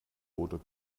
wurde